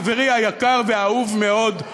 חברי היקר והאהוב מאוד,